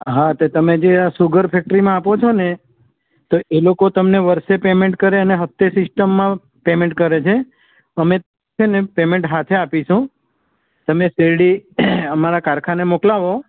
હા તો તમે જે સુગર ફેક્ટરીમાં આપો છોને તો એ લોકો તમને વર્ષે પેમેન્ટ કરે અને હફતે સિસ્ટમમાં પેમેન્ટ કરે છે અમે છેને પેમેન્ટ સાથે આપીશું તમે શેરડી અમારા કારખાને મોકલાવો